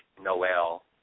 Noel